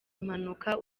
impanuka